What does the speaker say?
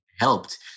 helped